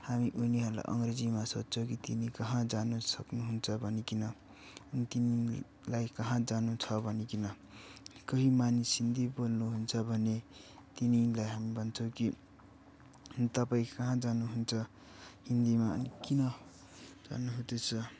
हामी उनीहरूलाई अङ्ग्रेजीमा सोध्छौँ कि तिमी कहाँ जानु सक्नुहुन्छ भनिकन तिमीलाई कहाँ जानु छ भनिकन कोही मानिस हिन्दी बोल्नुहुन्छ भने तिनीलाई हामी भन्छौँ कि तपाईँ कहाँ जानुहुन्छ हिन्दीमा अनि किन जानुहुँदैछ